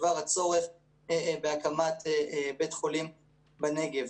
בדבר הצורך בהקמת בית חולים בנגב.